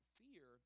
fear